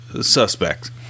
suspect